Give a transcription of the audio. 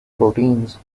proteins